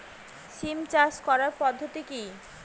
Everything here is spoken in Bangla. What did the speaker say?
সিম চাষ করার পদ্ধতি কী?